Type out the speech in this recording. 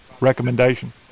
recommendation